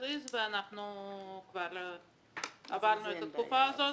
כבר עברנו את התקופה הזאת.